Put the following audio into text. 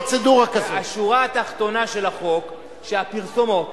השורה התחתונה של החוק, שהפרסומות